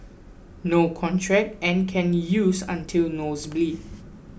no contract and can use until nose bleed